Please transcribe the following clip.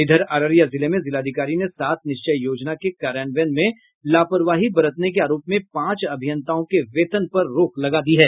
इधर अररिया जिले में जिलाधिकारी ने सात निश्चय योजना के कार्यान्वयन में लापरवाही बरतने के आरोप में पांच अभियंताओं के वेतन पर रोक लगा दी है